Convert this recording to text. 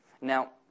now